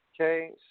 Okay